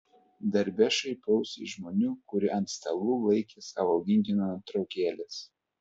darbe šaipiausi iš žmonių kurie ant stalų laikė savo augintinių nuotraukėles